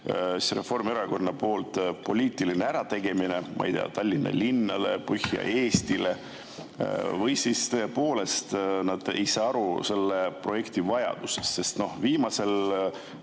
oli Reformierakonna poliitiline ärategemine, ma ei tea, Tallinna linnale, Põhja-Eestile, või siis tõepoolest nad ei saa aru selle projekti vajadusest? Viimasel